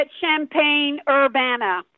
Champaign-Urbana